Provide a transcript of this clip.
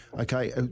Okay